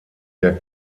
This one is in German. der